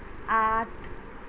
آٹھ